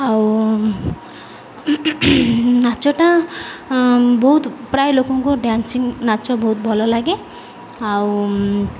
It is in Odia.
ଆଉ ନାଚଟା ବହୁତ ପ୍ରାୟ ଲୋକଙ୍କୁ ଡ଼୍ୟାନ୍ସିଂ ନାଚ ବହୁତ ଭଲ ଲାଗେ ଆଉ